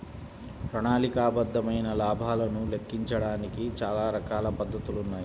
ప్రణాళికాబద్ధమైన లాభాలను లెక్కించడానికి చానా రకాల పద్ధతులున్నాయి